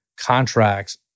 contracts